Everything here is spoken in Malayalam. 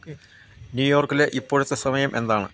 ന്യൂയോർക്കിലെ ഇപ്പോഴത്തെ സമയം എന്താണ്